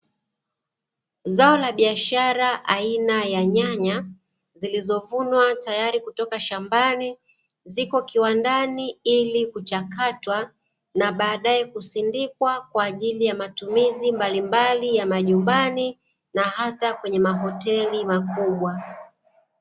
Zao la biashara aina ya nyanya zilizovunwa tayari kutoka shambani, ziko kiwandani ili kuchakatwa na baadae kusindikwa kwa ajili ya matumizi mbalimbali ya majumbani na hata kwenye mahoteli makubwa.